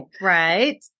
right